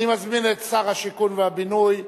אני מזמין את שר השיכון והבינוי,